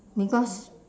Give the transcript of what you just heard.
because